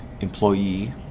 employee